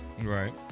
Right